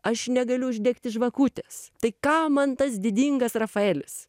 aš negaliu uždegti žvakutės tai kam man tas didingas rafaelis